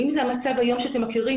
אם זה המצב היום שאתם מכירים,